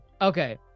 Okay